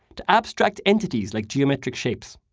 to abstract entities like geometric shapes.